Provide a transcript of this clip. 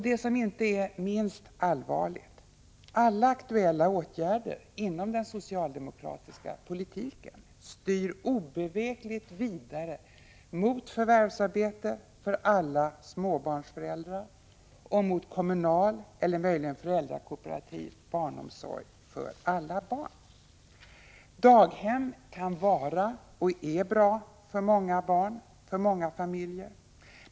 Det inte minst allvarliga är att alla aktuella åtgärder inom den socialdemokratiska politiken styr obevekligt vidare mot förvärvsarbete för alla småbarnsföräldrar och mot kommunal eller möjligen föräldrakooperativ barnomsorg för alla barn. Daghem kan vara och är bra för många barn, för många familjer.